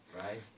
Right